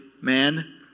man